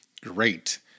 great